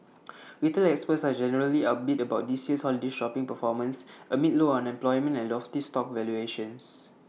retail experts are generally upbeat about this year's holiday shopping performance amid low unemployment and lofty stock valuations